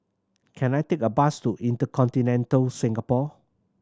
can I take a bus to InterContinental Singapore